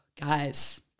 guys